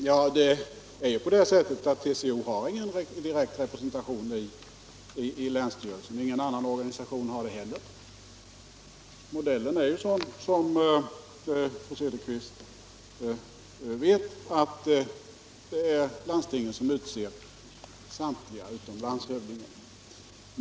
Herr talman! Det förhåller sig ju så, att TCO inte har någon direkt representation i länsstyrelserna, och ingen annan organisation har det heller. Modellen är, som fru Cederqvist vet, att det är landstingen som utser samtliga-utom landshövdingen.